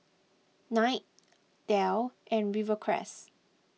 Knight Dell and Rivercrest